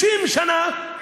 60 שנה,